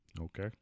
Okay